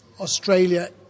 Australia